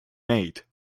made